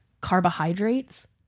carbohydrates